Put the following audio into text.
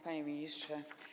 Panie Ministrze!